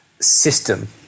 system